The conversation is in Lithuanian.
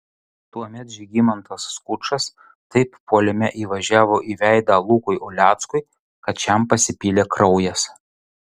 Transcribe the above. tuomet žygimantas skučas taip puolime įvažiavo į veidą lukui uleckui kad šiam pasipylė kraujas